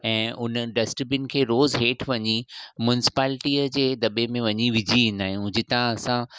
ऐं हुन डस्टबिन खे रोज़ु हेठि वञी म्युनिसिपालिटीअ जे दॿे में वञी विझी ईंदा आहियूं जितां असां